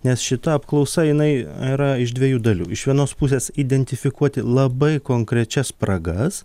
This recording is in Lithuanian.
nes šita apklausa jinai yra iš dviejų dalių iš vienos pusės identifikuoti labai konkrečias spragas